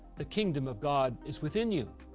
the kingdom of god is within you?